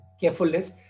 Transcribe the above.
carefulness